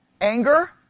Anger